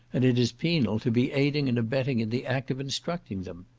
and it is penal to be aiding and abetting in the act of instructing them.